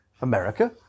America